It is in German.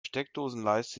steckdosenleiste